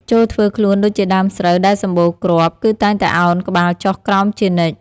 ចូរធ្វើខ្លួនដូចជាដើមស្រូវដែលសម្បូរគ្រាប់ គឺតែងតែឱនក្បាលចុះក្រោមជានិច្ច។